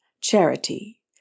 charity